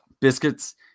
biscuits